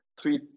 three